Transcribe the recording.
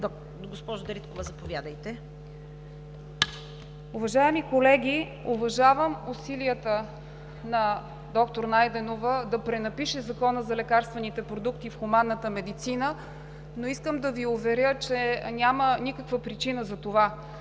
ДАНИЕЛА ДАРИТКОВА-ПРОДАНОВА: Уважаеми колеги, уважавам усилията на доктор Найденова да пренапише Закона за лекарствените продукти в хуманната медицина, но искам да Ви уверя, че няма никаква причина за това.